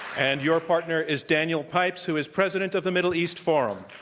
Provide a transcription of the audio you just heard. and your partner is daniel pipes who is president of the middle east forum.